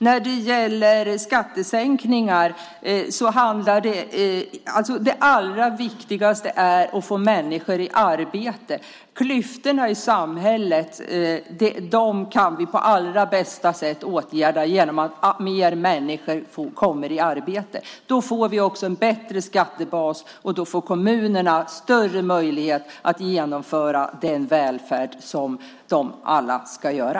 När det gäller skattesänkningar är det allra viktigaste att få människor i arbete. Klyftorna i samhället kan vi på allra bästa sätt åtgärda genom att fler människor kommer i arbete. Då får vi också en bättre skattebas, och då får kommunerna större möjlighet att åstadkomma den välfärd som de alla ska göra.